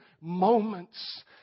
moments